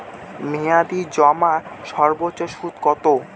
মেয়াদি জমার সর্বোচ্চ সুদ কতো?